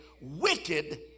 wicked